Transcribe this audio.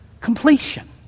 completion